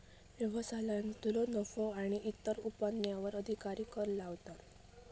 व्यवसायांतलो नफो आणि इतर उत्पन्नावर अधिकारी कर लावतात